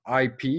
IP